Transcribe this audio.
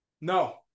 No